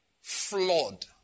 Flawed